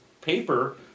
paper